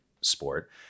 sport